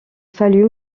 fallut